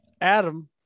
Adam